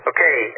Okay